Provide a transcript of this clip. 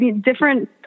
different